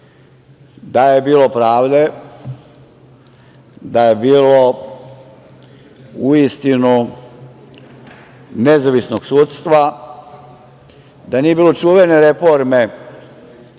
da je bilo pravde, da je bilo u istinu nezavisnog sudstva, da nije bilo čuvene reforme,